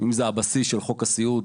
אם זה הבסיס של חוק הסיעוד,